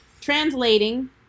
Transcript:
translating